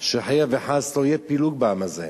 שחלילה וחס לא יהיה פילוג בעם הזה.